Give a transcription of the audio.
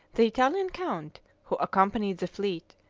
the italian count, who accompanied the fleet,